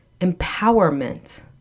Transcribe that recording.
empowerment